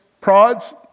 prods